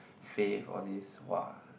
Fave all these !wah!